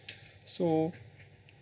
so